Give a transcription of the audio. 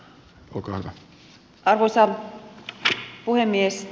arvoisa puhemies